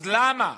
אז למה?